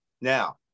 Now